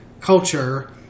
culture